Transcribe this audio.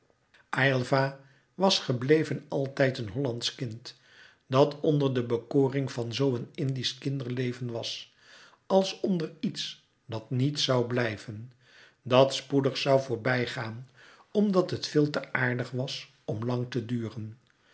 aylva was gebleven altijd een hollandsch kind dat onder de bekoring van zoo een indisch kinderleven was als onder iets dat niet zoû blijven dat spoedig zoû voorbijgaan omdat het veel te aardig was om lang te duren